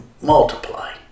multiply